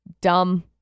dumb